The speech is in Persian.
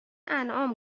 انعام